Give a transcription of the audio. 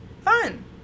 fun